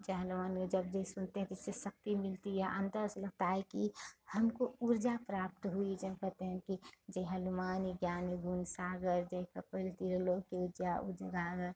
जय हनुमान के जब जी सुनते हैं तो उससे शक्ति मिलती है अंदर से लगता है कि हमको ऊर्जा प्राप्त हुई जब हम कहते हैं कि जय हनुमान ज्ञान गुण सागर जय कपिल तिहु लोक उजागर